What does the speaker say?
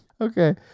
Okay